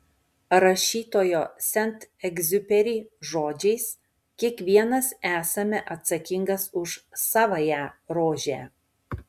rašytojo sent egziuperi žodžiais kiekvienas esame atsakingas už savąją rožę